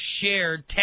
shared